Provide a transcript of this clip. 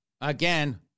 Again